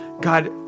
God